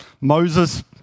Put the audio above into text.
Moses